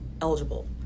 eligible